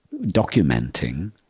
documenting